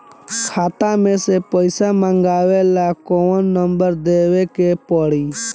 खाता मे से पईसा मँगवावे ला कौन नंबर देवे के पड़ी?